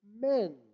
men